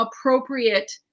appropriate